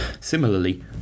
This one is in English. Similarly